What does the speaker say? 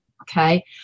Okay